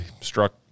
struck